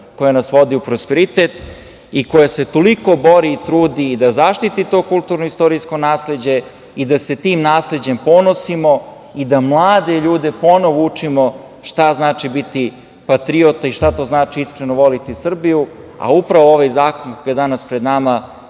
koja nas vodi u prosperitet i koja se toliko bori i trudi da zaštiti to kulturno-istorijsko nasleđe i da se tim nasleđem ponosimo i da mlade ljude ponovo učimo šta znači biti patriota i šta to znači iskreno voleti Srbiju. Upravo ovaj zakon koji je danas pred nama